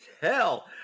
Hell